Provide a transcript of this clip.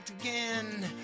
again